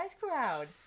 crowd